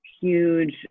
huge